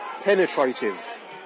penetrative